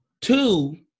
Two